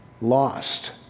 lost